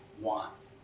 want